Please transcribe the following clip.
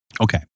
Okay